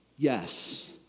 Yes